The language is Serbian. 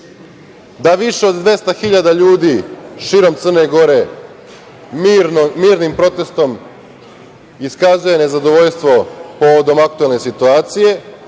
da više od 200.000 ljudi širom Crne Gore mirnim protestom iskazuje nezadovoljstvo povodom aktuelne situacije,